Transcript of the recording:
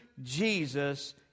Jesus